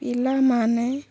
ପିଲାମାନେ